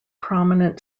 prominent